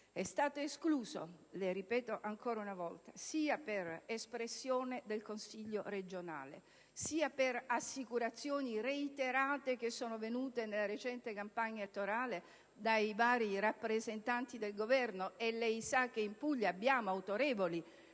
territoriali. Le ripeto ancora una volta che, sia per espressione del Consiglio regionale sia per assicurazioni reiterate venute nella recente campagna elettorale dai vari rappresentanti del Governo - e lei sa che in Puglia abbiamo autorevoli